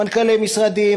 מנכ"לי משרדים,